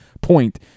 Point